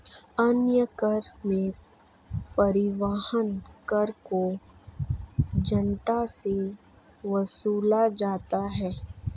अन्य कर में परिवहन कर को जनता से वसूला जाता है